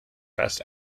best